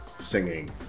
singing